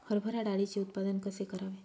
हरभरा डाळीचे उत्पादन कसे करावे?